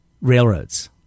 Railroads